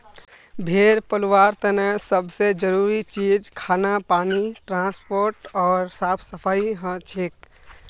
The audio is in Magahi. भेड़ पलवार तने सब से जरूरी चीज खाना पानी ट्रांसपोर्ट ओर साफ सफाई हछेक